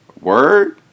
Word